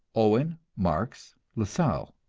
owen, marx, lassalle.